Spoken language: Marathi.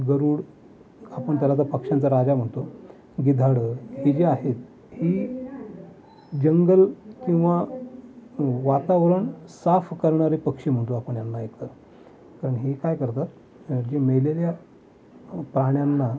गरुड आपण त्याला त्या पक्ष्यांचा राजा म्हणतो गिधाडं ही जी आहेत ही जंगल किंवा वातावरण साफ करणारे पक्षी म्हणतो आपण ह्यांना एक तर कारण हे काय करतात जे मेलेल्या प्राण्यांना